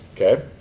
Okay